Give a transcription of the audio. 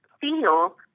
feel